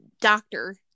doctor